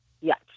Yes